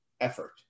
effort